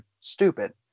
stupid